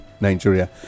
nigeria